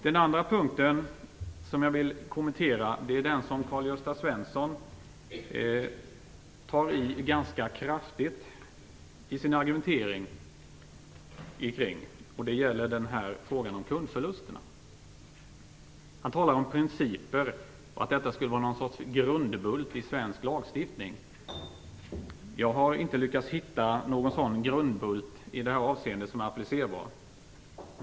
Den andra punkten som jag vill kommentera är frågan om kundförlusterna, där Karl-Gösta Svenson tar i ganska kraftigt i sin argumentering. Han talar om principer och att detta skulle vara någon sorts grundbult i svensk lagstiftning. Jag har i detta avseende inte lyckats hitta någon grundbult som är applicerbar.